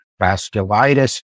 vasculitis